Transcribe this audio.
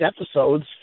episodes